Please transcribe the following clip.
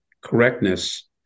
correctness